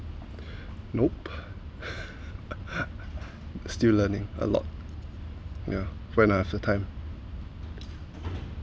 nope still learning a lot yeah when I have the time